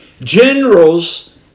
Generals